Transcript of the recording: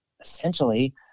essentially